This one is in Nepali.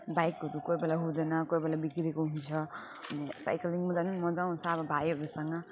बाइकहरू कोही बेला हुँदैन कोही बेला बिग्रेको हुन्छ अनि साइक्लिङ जानु मजा आउँछ अब भाइहरूसँग